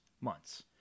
months